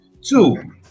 Two